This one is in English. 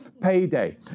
payday